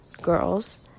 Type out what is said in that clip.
girls